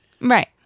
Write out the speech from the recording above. Right